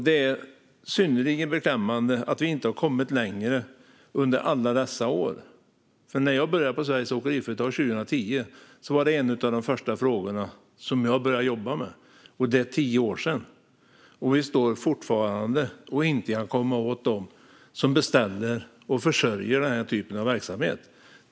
Det är synnerligen beklämmande att vi inte har kommit längre under alla dessa år. När jag började på Sveriges Åkeriföretag 2010 var detta en av de första frågor som jag började jobba med. Det är tio år sedan. Fortfarande kan vi inte komma åt de beställare som försörjer den här typen av verksamhet.